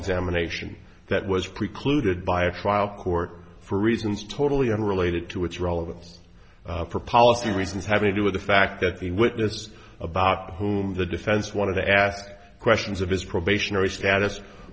examination that was precluded by a trial court for reasons totally unrelated to its relevance for policy reasons having to do with the fact that the witness about whom the defense wanted to ask questions of his probationary status